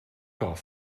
off